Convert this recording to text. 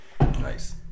Nice